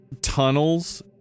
tunnels